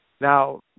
Now